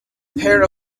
pair